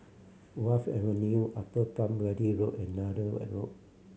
Wharf Avenue Upper Palm Valley Road and Nallur Road